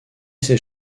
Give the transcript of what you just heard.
ses